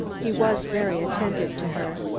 he was very attentive to her.